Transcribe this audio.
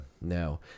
Now